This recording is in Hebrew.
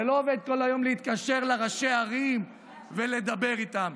זה לא עובד כל היום להתקשר לראשי ערים ולדבר איתם.